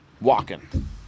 walking